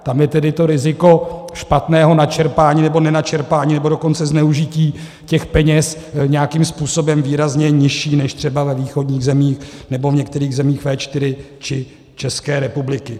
Tam je tedy to riziko špatného načerpání nebo nenačerpání, nebo dokonce zneužití těch peněz nějakým způsobem výrazně nižší než třeba ve východních zemích nebo v některých zemích V4 či České republiky.